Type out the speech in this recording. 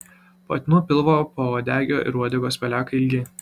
patinų pilvo pauodegio ir uodegos pelekai ilgi